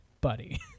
buddy